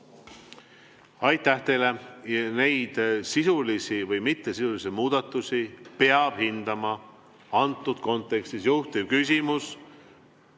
Aitäh teile! Neid sisulisi või mittesisulisi muudatusi peab hindama antud kontekstis juhtivkomisjon,